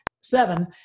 seven